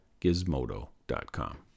Gizmodo.com